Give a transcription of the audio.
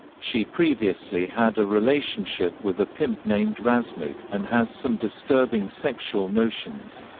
she previously had a relationship with a pimp named razmig, and has some disturbing sexual notions.